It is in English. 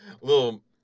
little